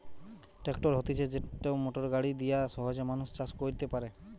tractor হতিছে যেটি motor গাড়ি দিয়া সহজে মানুষ চাষ কইরতে পারে